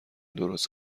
درست